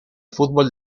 fútbol